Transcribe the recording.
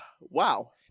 Wow